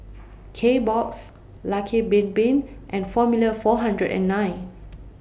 Kbox Lucky Bin Bin and Formula four hundred and nine